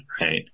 Right